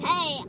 Hey